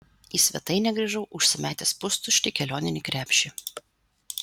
į svetainę grįžau užsimetęs pustuštį kelioninį krepšį